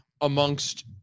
amongst